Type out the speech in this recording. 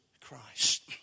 Christ